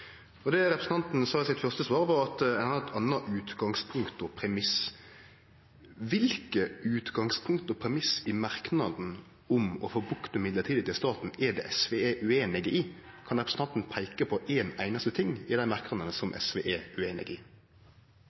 svar sa representanten at ein har eit anna utgangspunkt og andre premissar. Kva for utgangspunkt og premissar i merknaden om å få bukt med bruken av mellombelse stillingar i staten er SV ueinig i? Kan representanten peike på ein einaste ting som SV er ueinig i